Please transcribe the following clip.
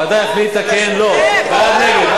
הוועדה החליטה כן או לא, בעד או נגד.